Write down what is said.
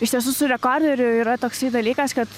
iš tiesų su rekorderiu yra toksai dalykas kad